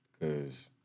Cause